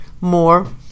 more